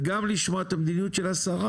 וגם לשמוע את המדיניות של השרה.